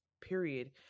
period